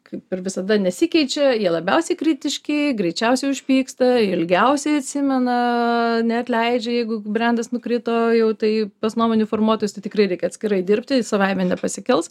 kaip ir visada nesikeičia jie labiausiai kritiški greičiausiai užpyksta ilgiausiai atsimena neatleidžia jeigu brendas nukrito jau tai pas nuomonių formuotojus tai tikrai reikia atskirai dirbti jis savaime nepasikels